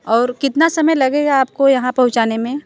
और कितना समय लगेगा आपको यहाँ पहुँचाने में